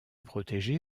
protégé